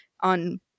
on